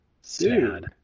sad